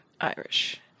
Irish